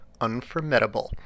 Unformidable